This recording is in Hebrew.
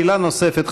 שאלה נוספת,